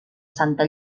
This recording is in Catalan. santa